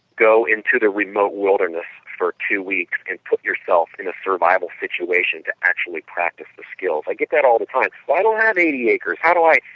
go into the remote wilderness for two weeks and put yourself in a survival situation to actually practice the skills. i get that all the time. well, i don't have eighty acres how do i,